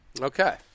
Okay